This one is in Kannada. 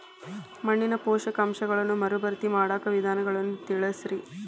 ಮಣ್ಣಿನ ಪೋಷಕಾಂಶಗಳನ್ನ ಮರುಭರ್ತಿ ಮಾಡಾಕ ವಿಧಾನಗಳನ್ನ ತಿಳಸ್ರಿ